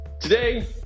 Today